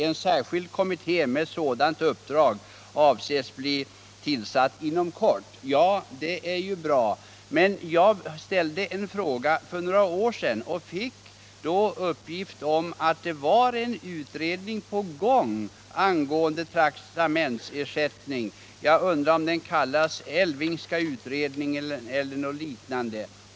En särskild kommitté med sådant uppdrag avses bli tillsatt inom kort.” Det är bra, men när jag ställde en fråga för några år sedan fick jag uppgift om att det då pågick en utredning angående traktamentsersättning — jag tror att den kallades Elfvingska utredningen eller någonting liknande.